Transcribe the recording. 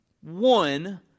One